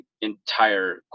entire